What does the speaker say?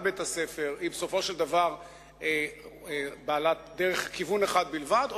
בית-הספר היא בעלת כיוון אחד בלבד,